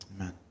Amen